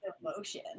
emotion